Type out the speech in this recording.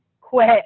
quit